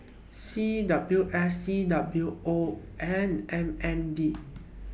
C W S C W O and M N D